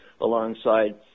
alongside